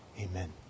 Amen